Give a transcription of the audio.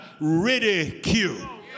ridicule